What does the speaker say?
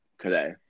Today